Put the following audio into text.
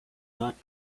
not